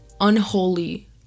unholy